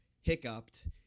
hiccuped